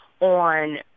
on